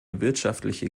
wirtschaftliche